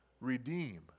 redeem